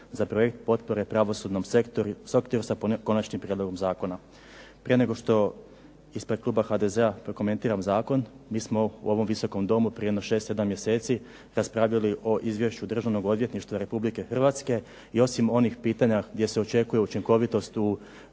za projekt potpore pravosudnom sektoru sa konačnim prijedlogom zakona. Prije nego što ispred kluba HDZ-a prokomentiram zakona, mi smo u ovom Visokom domu prije jedno 6, 7 mjeseci raspravljali o izvješću Državnog odvjetništva Republike Hrvatske i osim onih pitanja gdje se očekuje učinkovitost u